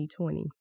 2020